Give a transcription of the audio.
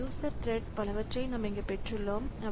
இந்த user thread பலவற்றை நாம் இங்கு பெற்றுள்ளோம்